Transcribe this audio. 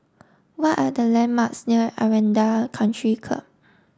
what are the landmarks near Aranda Country Club